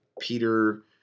Peter